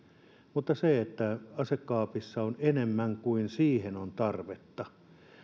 mutta siihen että asekaapissa on enemmän kuin siihen on tarvetta